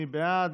מי בעד?